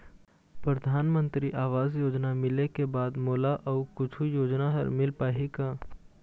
परधानमंतरी आवास योजना मिले के बाद मोला अऊ कुछू योजना हर मिल पाही का?